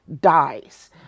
dies